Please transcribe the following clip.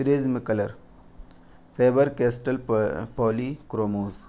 freeze میں colour Faber Castell پلی chromos